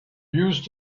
used